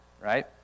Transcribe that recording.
right